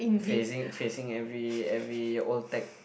facing facing every every old tech